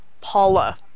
Paula